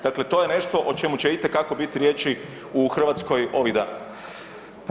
Dakle, to je nešto o čemu će itekako biti riječi u Hrvatskoj ovih dana.